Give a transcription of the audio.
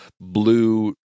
blue